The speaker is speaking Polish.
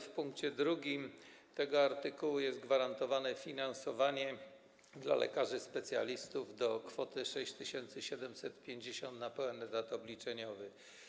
W pkt 2 tego artykułu jest gwarantowane finansowanie dla lekarzy specjalistów do kwoty 6750 zł na pełen etat obliczeniowy.